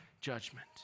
judgment